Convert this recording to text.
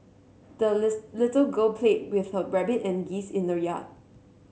the little girl played with her rabbit and geese in the yard